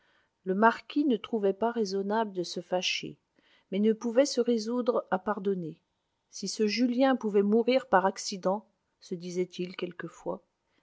le marquis ne trouvait pas raisonnable de se fâcher mais ne pouvait se résoudre à pardonner si ce julien pouvait mourir par accident se disait-il quelquefois